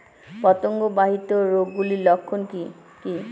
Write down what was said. পতঙ্গ বাহিত রোগ গুলির লক্ষণ কি কি?